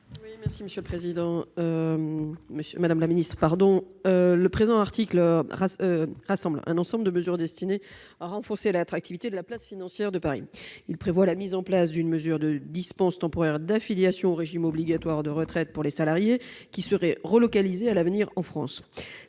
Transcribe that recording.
pour présenter l'amendement n° 126. Le présent article rassemble un ensemble de mesures destinées à renforcer l'attractivité de la place financière de Paris. Il prévoit la mise en place d'une mesure de dispense temporaire d'affiliation au régime obligatoire de retraite pour les salariés qui seraient relocalisés à l'avenir en France.